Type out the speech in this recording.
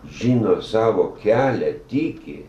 žino savo kelią tiki